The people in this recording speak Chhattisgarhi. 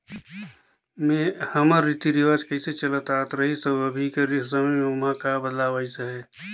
में हमर रीति रिवाज कइसे चलत आत रहिस अउ अभीं कर समे में ओम्हां का बदलाव अइस अहे